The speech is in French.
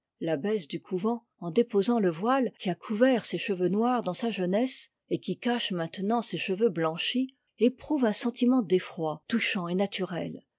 sacré l'abbesse du couvent en déposant le voile qui a couvert ses cheveux noirs dans sa jeunesse et qui cache maintenant ses cheveux blanchis éprouve un sentiment d'effroi touchant et naturel